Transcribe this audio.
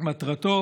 מטרתו